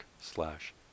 slash